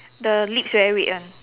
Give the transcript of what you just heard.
the lips very red [one]